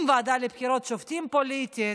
עם ועדה לבחירת שופטים פוליטית,